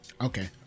okay